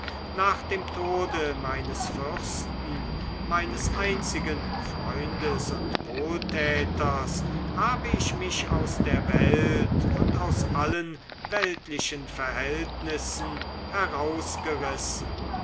nach dem tode meines fürsten meines einzigen freundes und wohltäters habe ich mich aus der welt und aus allen weltlichen verhältnissen herausgerissen